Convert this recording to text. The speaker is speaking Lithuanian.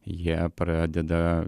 jie pradeda